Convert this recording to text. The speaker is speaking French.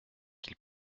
qu’il